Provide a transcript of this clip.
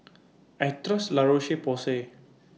I Trust La Roche Porsay